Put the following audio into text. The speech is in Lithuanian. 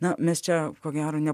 na mes čia ko gero ne